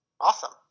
Awesome